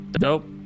Nope